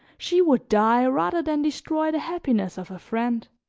she would die rather than destroy the happiness of a friend.